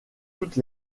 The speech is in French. toutes